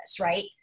right